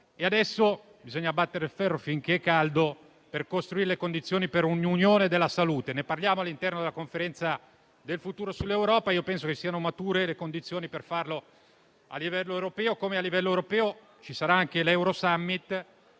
Adesso bisogna battere il ferro finché è caldo e costruire le condizioni per un'unione della salute; ne parliamo all'interno della conferenza sul futuro dell'Europa. Io penso che siano mature le condizioni per farlo a livello europeo, come a livello europeo ci sarà anche l'Eurosummit,